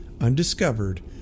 undiscovered